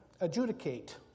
adjudicate